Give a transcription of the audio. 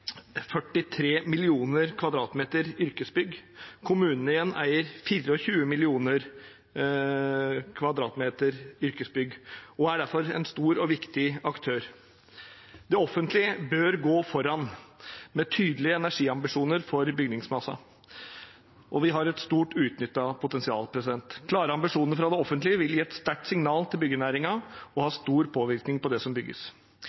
43 mill. m 2 yrkesbygg, kommunene eier 24 mill. m 2 yrkesbygg og er derfor en stor og viktig aktør. Det offentlige bør gå foran, med tydelige energiambisjoner for bygningsmassen, og vi har et stort uutnyttet potensial. Klarer man ambisjonene i det offentlige, vil det gi et sterkt signal til byggenæringen og ha stor påvirkning på det som bygges.